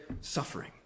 suffering